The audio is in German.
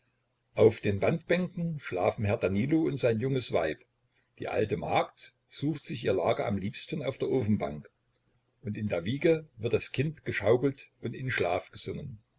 auf den wandbänken schlafen herr danilo und sein junges weib die alte magd sucht sich ihr lager am liebsten auf der ofenbank und in der wiege wird das kind geschaukelt und in schlaf gesungen